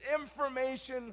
information